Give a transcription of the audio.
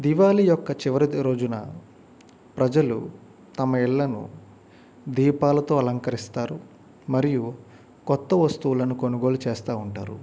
దివాళి యొక్క చివరిరోజున ప్రజలు తమ ఇళ్లను దీపాలతో అలంకరిస్తారు మరియు కొత్త వస్తువులను కొనుగులు చేస్తూ ఉంటారు